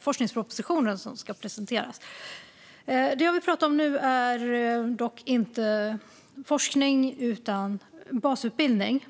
forskningsproposition som ska presenteras, statsrådet Matilda Ernkrans! Det jag vill prata om nu är dock inte forskning utan basutbildning.